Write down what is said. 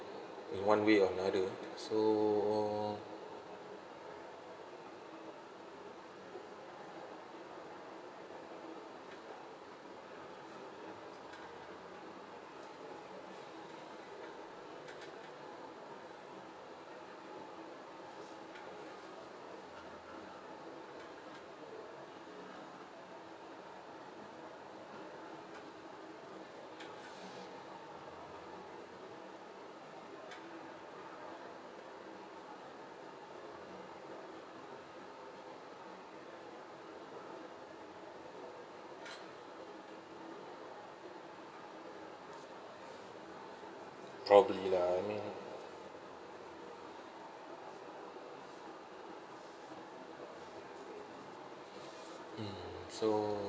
in one way or another so probably lah you know mm so